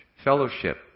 Fellowship